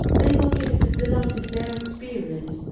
they will give it the light of their experience,